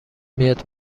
میاید